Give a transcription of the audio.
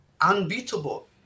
unbeatable